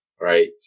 right